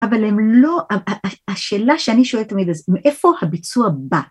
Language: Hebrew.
אבל הם לא, השאלה שאני שואלת תמיד, אז מאיפה הביצוע בא